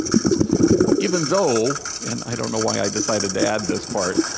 even though and i don't know why i decided to add this part